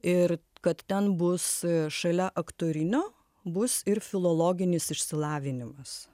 ir kad ten bus šalia aktorinio bus ir filologinis išsilavinimas